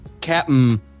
Captain